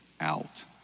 out